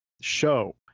show